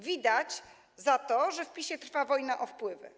Widać za to, że w PiS-ie trwa wojna o wpływy.